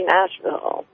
Nashville